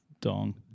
dong